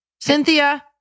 Cynthia